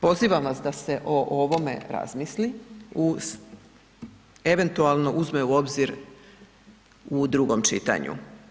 Pozivam vas da se o ovome razmisli uz, eventualno uzme u obzir u drugom čitanju.